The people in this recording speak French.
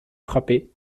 frapper